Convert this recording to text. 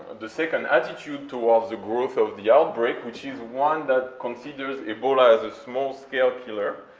and the second attitude towards the growth of the outbreak, which is one that considers ebola as a small-scale killer,